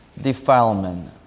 defilement